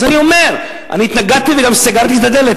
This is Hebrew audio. אז אני אומר: אני התנגדתי וגם סגרתי את הדלת.